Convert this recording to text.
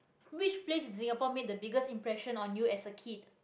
which place in Singapore made the biggest impression on you as a kid